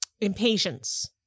impatience